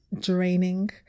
draining